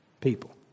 people